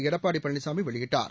எடப்பாடி பழனிசாமி வெளியிட்டார்